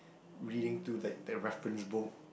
reading to the the reference book